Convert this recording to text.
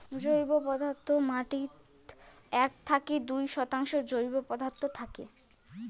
জৈব পদার্থ মাটিত এক থাকি দুই শতাংশ জৈব পদার্থ থাকে